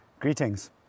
Greetings